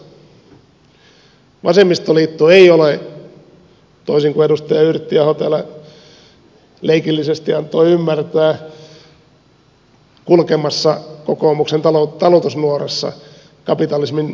vasemmistoliitto ei ole toisin kuin edustaja yrttiaho täällä leikillisesti antoi ymmärtää kulkemassa kokoomuksen talutusnuorassa kapitalismin kaunista tietä